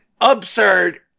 absurd